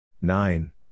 Nine